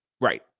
Right